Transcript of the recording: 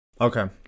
Okay